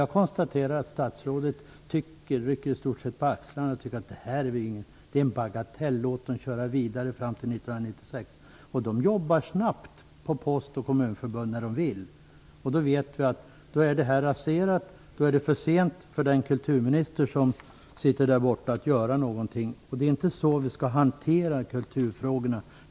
Jag konstaterar att statsrådet i stort sett rycker på axlarna och tycker att detta är en bagatell - låt dem köra vidare fram till 1996. Post och kommunförbund jobbar snabbt när de vill. Vi vet då att detta blir raserat. Då blir det för sent för kulturministern, som sitter här i kammaren, att göra någonting. Det är inte så vi skall hantera kulturfrågorna.